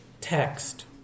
text